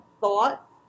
thought